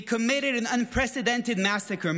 They committed an unprecedented massacre,